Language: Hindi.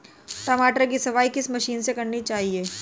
टमाटर की सफाई किस मशीन से करनी चाहिए?